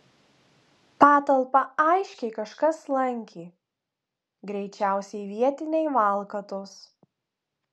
patalpą aiškiai kažkas lankė greičiausiai vietiniai valkatos